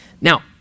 Now